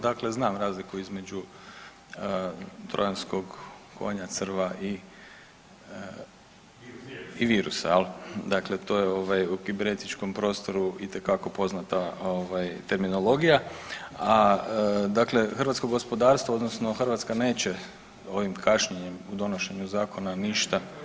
Dakle, znam razliku između trojanskog konja, crva i virusa jel, dakle to je ovaj u kibernetičkom prostoru itekako poznata ovaj terminologija, a dakle hrvatsko gospodarstvo odnosno Hrvatska neće ovim kašnjenjem u donošenju zakona ništa…